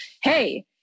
Hey